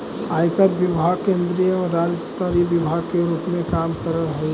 आयकर विभाग केंद्रीय एवं राज्य स्तरीय विभाग के रूप में काम करऽ हई